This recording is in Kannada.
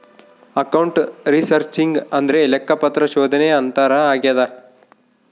ಅಕೌಂಟ್ ರಿಸರ್ಚಿಂಗ್ ಅಂದ್ರೆ ಲೆಕ್ಕಪತ್ರ ಸಂಶೋಧನೆ ಅಂತಾರ ಆಗ್ಯದ